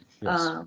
Yes